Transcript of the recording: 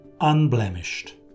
unblemished